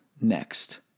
next